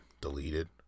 deleted